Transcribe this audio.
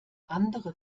andere